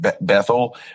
Bethel